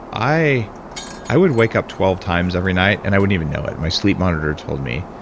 i i would wake up twelve times every night and i wouldn't even know it. my sleep monitor told me.